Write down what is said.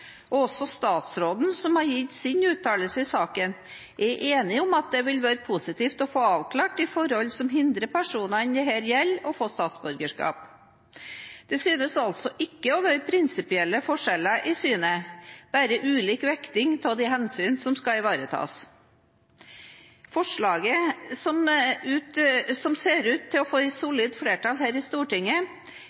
og også statsråden som har gitt sin uttalelse i saken, er enige om at det vil være positivt å få avklart de forholdene som hindrer personene det gjelder, å få statsborgerskap. Det synes altså ikke å være prinsipielle forskjeller i synet, bare ulik vekting av de hensyn som skal ivaretas. Forslaget som ser ut til å få et solid flertall her i Stortinget,